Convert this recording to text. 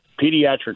pediatric